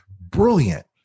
brilliant